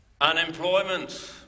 unemployment